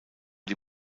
die